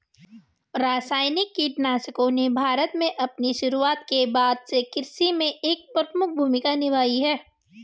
रासायनिक कीटनाशकों ने भारत में अपनी शुरूआत के बाद से कृषि में एक प्रमुख भूमिका निभाई है